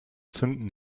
zünden